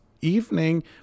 evening